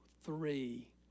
three